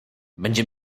będzie